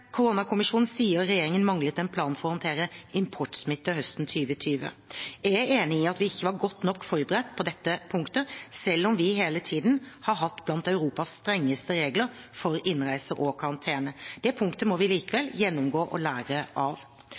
sier regjeringen manglet en plan for å håndtere importsmitte høsten 2020. Jeg er enig i at vi ikke var godt nok forberedt på dette punktet, selv om vi hele tiden har hatt blant Europas strengeste regler for innreise og karantene. Dette punktet må vi likevel gjennomgå og lære av.